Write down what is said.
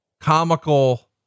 comical